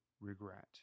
regret